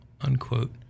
unquote